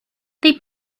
they